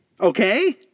Okay